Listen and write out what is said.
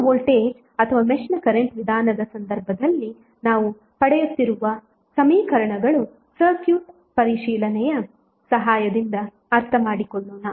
ನೋಡ್ ವೋಲ್ಟೇಜ್ ಅಥವಾ ಮೆಶ್ ನ ಕರೆಂಟ್ ವಿಧಾನದ ಸಂದರ್ಭದಲ್ಲಿ ನಾವು ಪಡೆಯುತ್ತಿರುವ ಸಮೀಕರಣಗಳು ಸರ್ಕ್ಯೂಟ್ ಪರಿಶೀಲನೆಯ ಸಹಾಯದಿಂದ ಅರ್ಥ ಮಾಡಿಕೊಳ್ಳೋಣ